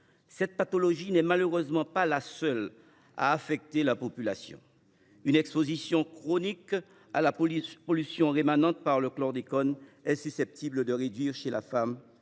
Cette pathologie n’est malheureusement pas la seule à affecter la population. Ainsi, une exposition chronique à la pollution rémanente par le chlordécone est susceptible non seulement